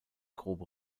grobe